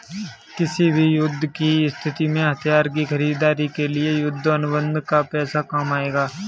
किसी भी युद्ध की स्थिति में हथियार की खरीदारी के लिए युद्ध अनुबंध का पैसा काम आएगा